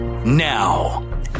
Now